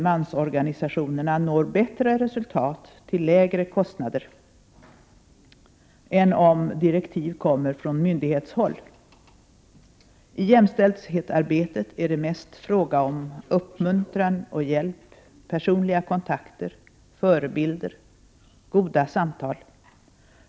mansorganisationerna når bättre resultat till lägre kostnader, än om direktiv kommer från myndighetshåll. I jämställdhetsarbetet är det mest fråga om uppmuntran och hjälp, personliga kontakter, förebilder, goda samtal.